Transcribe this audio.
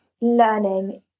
learning